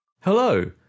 Hello